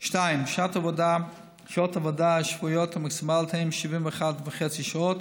2. שעות העבודה השבועיות המקסימליות הן 71.5 שעות.